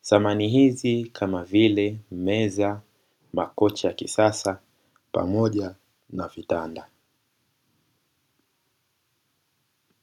samani hizi ni kama vile meza, makochi ya kisasa pamoja na vitanda.